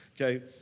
Okay